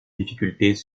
difficultés